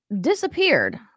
disappeared